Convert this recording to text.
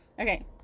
okay